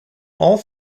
all